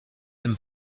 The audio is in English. them